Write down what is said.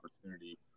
opportunity